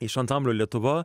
iš ansamblio lietuva